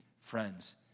Friends